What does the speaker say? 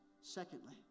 Secondly